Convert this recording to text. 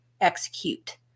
execute